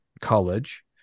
college